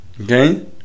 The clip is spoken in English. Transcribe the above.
okay